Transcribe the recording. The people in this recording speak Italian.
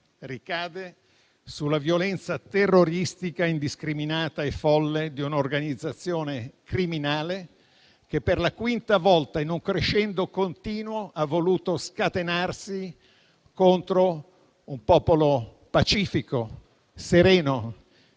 Ricade sulla violenza terroristica indiscriminata e folle di un'organizzazione criminale che per la quinta volta, in un crescendo continuo, ha voluto scatenarsi contro un popolo pacifico e sereno,